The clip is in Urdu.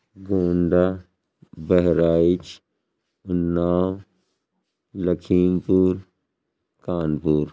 گونڈہ بہرائچ اناؤ لکھیم پور کانپور